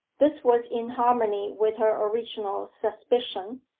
this was in harmony with her original suspicion,